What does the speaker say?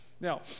Now